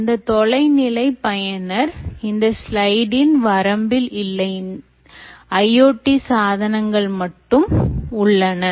அந்த தொலைநிலை பயனர் இந்த ஸ்லைடின் வரம்பில் இல்லை IoT சாதனங்கள் மட்டும் உள்ளன